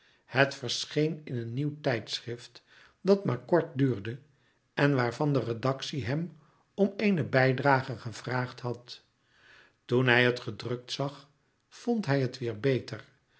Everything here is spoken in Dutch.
het verscheen in een nieuw tijdschrift dat maar kort duurde en waarvan de redactie hem om eene bijdrage gevraagd had toen hij het gedrukt zag vond hij het weêr beter